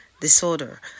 disorder